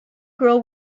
girl